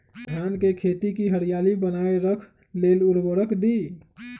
धान के खेती की हरियाली बनाय रख लेल उवर्रक दी?